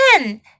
again